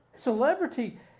Celebrity